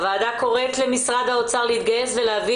הועדה קוראת למשרד האוצר להתגייס ולהביא